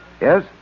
Yes